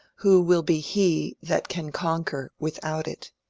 who will be he that can conquer without it.